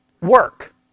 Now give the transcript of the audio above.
Work